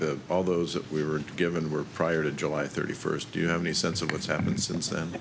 the all those that we were given were prior to july thirty first do you have any sense of what's happened since